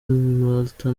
malta